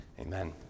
Amen